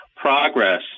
progress